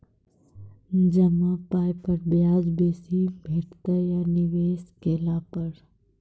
जमा पाय पर ब्याज बेसी भेटतै या निवेश केला पर?